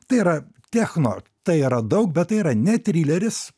tai yra techno tai yra daug bet tai yra ne trileris